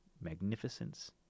magnificence